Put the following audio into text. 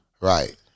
Right